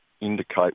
indicate